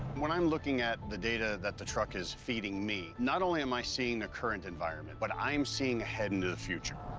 when i'm looking at the data that the truck is feeding me, not only am i seeing the current environment, but i'm seeing ahead into the future.